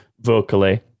vocally